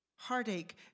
Heartache